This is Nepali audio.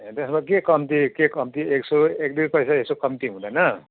ए त्यसो भए के कम्ती के कम्ती यसो एक दुई पैसा यसो कम्ती हुँदैन